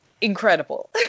incredible